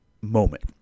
moment